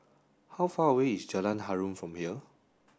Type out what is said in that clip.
how far away is Jalan Harum from here